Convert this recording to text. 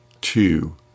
two